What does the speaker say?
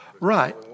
Right